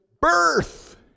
birth